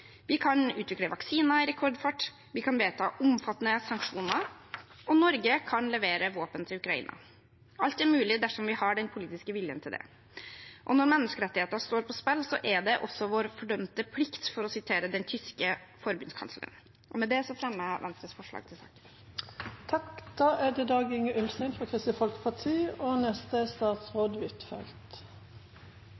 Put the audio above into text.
Vi kan utvikle vaksiner i rekordfart, vi kan vedta omfattende sanksjoner, og Norge kan levere våpen til Ukraina. Alt er mulig dersom vi har den politiske viljen til det, og når menneskerettigheter står på spill, er det også vår fordømte plikt – for å sitere den tyske forbundskansleren. Med det fremmer jeg Venstres forslag. Representanten Guri Melby har tatt opp de forslagene hun refererte til. Som flere har sagt, er det